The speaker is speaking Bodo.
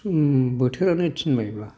बोथोरानो थिनबायब्ला